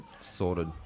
Sorted